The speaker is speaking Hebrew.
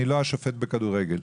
אני לא שופט בכדורגל.